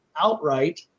outright